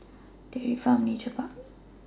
Dairy Farm Nature Park